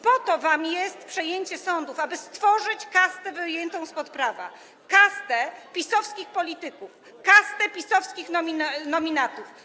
Po to wam jest przejęcie sądów, aby stworzyć kastę wyjętą spod prawa, kastę PiS-owskich polityków, PiS-owskich nominatów.